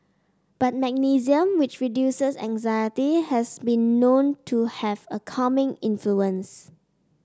but magnesium which reduces anxiety has been known to have a calming influence